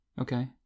Okay